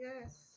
Yes